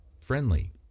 friendly